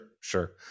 sure